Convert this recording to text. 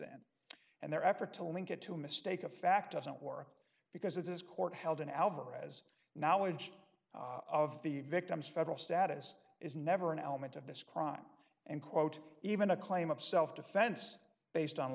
and and their effort to link it to a mistake of fact i don't work because it's court held in alvarez now which of the victims federal status is never an element of this crime and quote even a claim of self defense based on